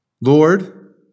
Lord